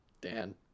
Dan